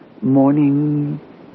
Morning